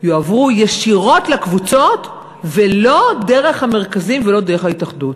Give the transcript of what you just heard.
יועברו ישירות לקבוצות ולא דרך המרכזים ולא דרך ההתאחדות.